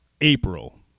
April